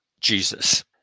Jesus